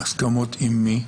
הסכמות עם מי?